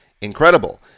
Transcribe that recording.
incredible